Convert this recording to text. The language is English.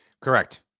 Correct